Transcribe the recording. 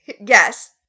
yes